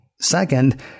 Second